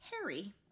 Harry